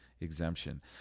exemption